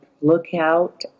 Lookout